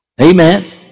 Amen